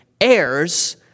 heirs